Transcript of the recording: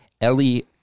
Ellie